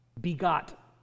begot